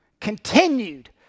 continued